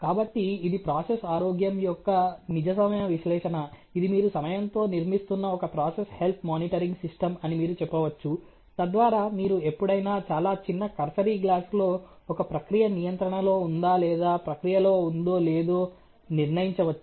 కాబట్టి ఇది ప్రాసెస్ ఆరోగ్యం యొక్క నిజ సమయ విశ్లేషణ ఇది మీరు సమయంతో నిర్మిస్తున్న ఒక ప్రాసెస్ హెల్త్ మానిటరింగ్ సిస్టమ్ అని మీరు చెప్పవచ్చు తద్వారా మీరు ఎప్పుడైనా చాలా చిన్న కర్సరీ గ్లాస్లో ఒక ప్రక్రియ నియంత్రణలో ఉందా లేదా ప్రక్రియలో ఉందో లేదో నిర్ణయించవచ్చు